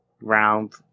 round